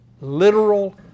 literal